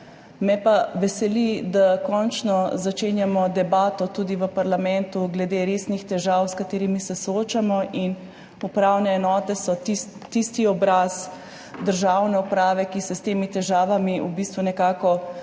Me pa veseli, da končno začenjamo tudi v parlamentu debato glede resnih težav, s katerimi se soočamo. Upravne enote so tisti obraz državne uprave, ki se s temi težavami najbolj izrazito